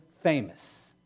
famous